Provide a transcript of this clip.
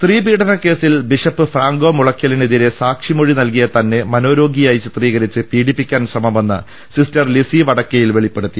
സ്ത്രീപീഡനക്കേസിൽ bishop Franco മുളങ്കലിനെതിരെ സാക്ഷി മൊഴി നൽകിയ തന്നെ മനോരോഗിയായി ചിത്രീകരിച്ച് പീഡിപ്പിക്കാൻ ശ്രമമെന്ന് സിസ്റ്റർ ലിസി വടക്കെയിൽ വെളിപ്പെടുത്തി